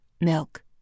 Milk